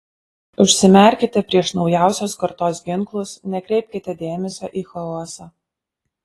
užsimerkite prieš naujausios kartos ginklus nekreipkite dėmesio į chaosą